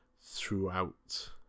throughout